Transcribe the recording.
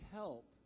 help